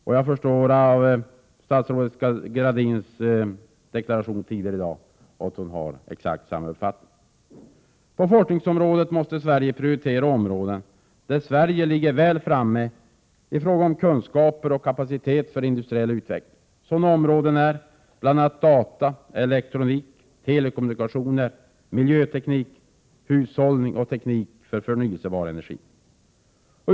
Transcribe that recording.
Att döma av statsrådet Gradins deklaration tidigare i dag förstår jag att hon har exakt samma uppfattning. På forskningsområdet måste Sverige prioritera områden där Sverige ligger väl framme i fråga om kunskaper och kapacitet för industriell utveckling. Sådana områden är bl.a. data, elektronik, telekommunikation, miljöteknik, hushållning och teknik för förnyelsebar energi.